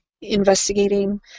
investigating